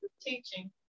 teaching